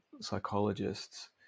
psychologists